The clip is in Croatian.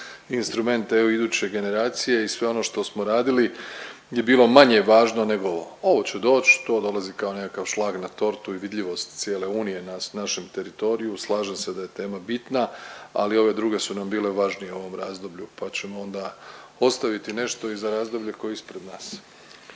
instrument EU iduće generacije i sve ono što smo radili je bilo manje važno nego ovo. Ovo će doći, to dolazi kao nekakav šlag na tortu i vidljivost cijele unije na našem teritoriju, slažem se da je tema bitna, ali ove druge su nam bile važnije u ovom razdoblju pa ćemo onda ostaviti nešto i za razdoblje koje je ispred nas.